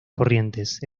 corrientes